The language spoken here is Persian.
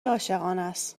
عاشقانست